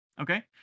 Okay